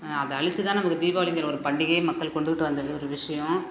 அதை அழிச்சி தான் நம்மளுக்கு தீபாவளிங்கிற ஒரு பண்டிகையே மக்கள் கொண்டுக்கிட்டு வந்தது ஒரு விஷயோம்